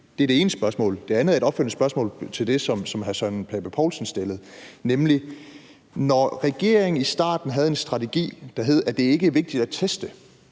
Det er det ene spørgsmål. Det andet er et opfølgende spørgsmål på det, hr. Søren Pape Poulsen stillede. Når regeringen i starten havde en strategi, der hed, at det ikke var vigtigt at teste,